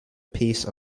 piece